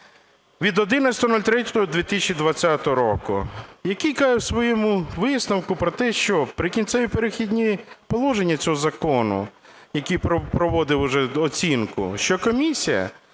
від 11.03.2020 року, який каже у своєму висновку, про те, що "Прикінцеві, перехідні положення" цього закону, який проводив вже оцінку, що комісія